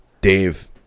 Dave